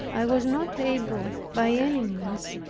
i was not able, by any means,